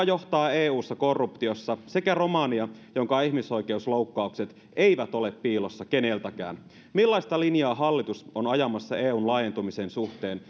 johtaa eussa korruptiossa sekä romania jonka ihmisoikeusloukkaukset eivät ole piilossa keneltäkään millaista linjaa hallitus on ajamassa eun laajentumisen suhteen